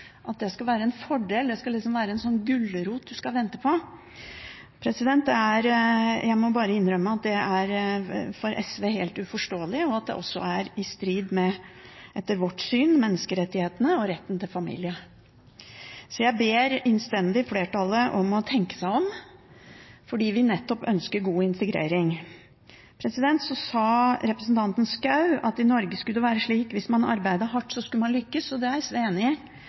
skal være en fordel, at det liksom skal være en gulrot man skal vente på. Jeg må bare innrømme at det for SV er helt uforståelig. Det er også etter vårt syn i strid med menneskerettighetene og retten til familie. Så jeg ber innstendig flertallet om å tenke seg om – nettopp fordi vi ønsker god integrering. Så sa representanten Schou at i Norge skal det være slik at hvis man arbeider hardt, så skal man lykkes. Det er SV enig i,